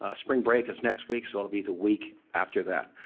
ah spring break is next week so it'll be the week after that.